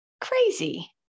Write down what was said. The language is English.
crazy